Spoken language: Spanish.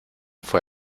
fue